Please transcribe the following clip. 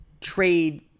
trade